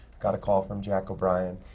got a call from jack o'brien,